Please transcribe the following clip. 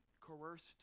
coerced